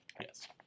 Yes